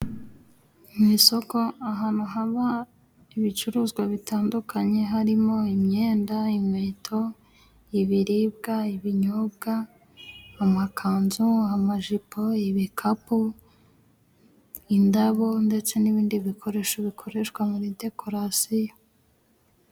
Mu isoko: Ahantu haba ibicuruzwa bitandukanye, harimo imyenda, imikweto, ibiribwa, ibinyobwa, amakanzu, amajipo, ibikapu, indabo, ndetse n'ibindi bikoresho bikoreshwa muri dekorasiyo.